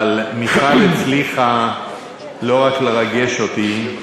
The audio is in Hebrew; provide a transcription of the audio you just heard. אבל מיכל הצליחה לא רק לרגש אותי,